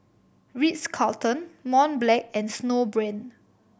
Ritz Carlton Mont Blanc and Snowbrand